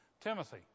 Timothy